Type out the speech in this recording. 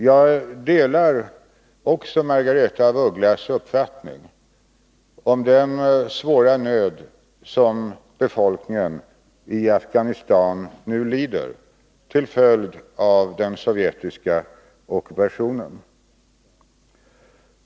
Jag delar Margaretha af Ugglas uppfattning om den svåra nöd som befolkningen i Afghanistan nu lider till följd av den sovjetiska ockupationen.